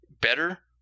better